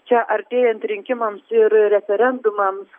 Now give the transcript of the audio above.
čia artėjant rinkimams ir referendumams